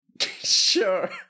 Sure